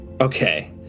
Okay